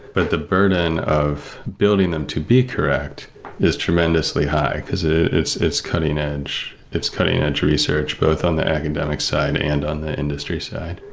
but the burden of building them to be correct is tremendously high, because ah it's it's cutting edge, it's cutting edge research both on the academic side and on the industry side.